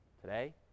today